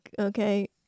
okay